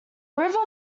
river